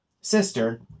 sister